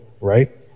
right